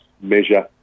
measure